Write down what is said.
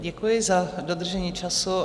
Děkuji za dodržení času.